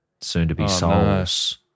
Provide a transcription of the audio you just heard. soon-to-be-souls